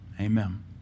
Amen